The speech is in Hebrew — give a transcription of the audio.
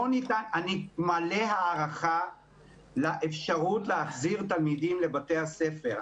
אני מלא הערכה לאפשרות להחזיר תלמידים לבתי הספר,